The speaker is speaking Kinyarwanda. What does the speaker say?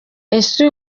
ese